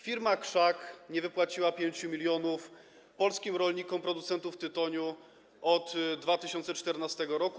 Firma krzak nie wypłaciła 5 mln polskim rolnikom, producentom tytoniu od 2014 r.